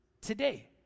today